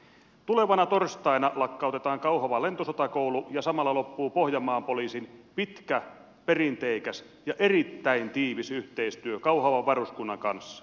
tulevana torstaina lakkautetaan kauhavan lentosotakoulu ja samalla loppuu pohjanmaan poliisin pitkä perinteikäs ja erittäin tiivis yhteistyö kauhavan varuskunnan kanssa